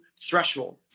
threshold